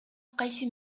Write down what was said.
кайсы